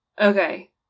Okay